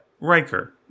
Riker